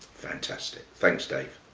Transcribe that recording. fantastic. thanks, dave.